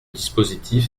dispositif